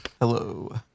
Hello